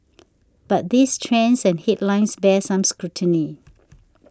but these trends and headlines bear some scrutiny